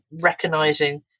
recognizing